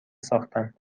ساختن